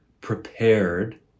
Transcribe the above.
prepared